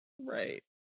Right